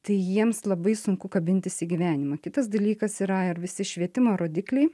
tai jiems labai sunku kabintis į gyvenimą kitas dalykas yra ir visi švietimo rodikliai